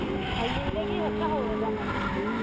ꯍꯌꯦꯡꯗꯒꯤ ꯍꯦꯛꯇ ꯍꯧꯔꯗꯕꯅꯦ